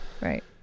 Right